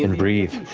and breathe.